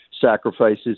sacrifices